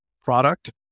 product